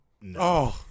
No